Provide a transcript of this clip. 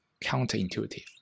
counterintuitive